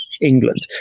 England